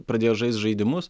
pradėjo žaist žaidimus